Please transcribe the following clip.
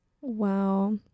wow